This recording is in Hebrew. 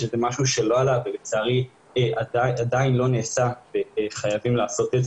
שזה משהו שלא עלה ולצערי עדיין לא נעשה וחייבים לעשות.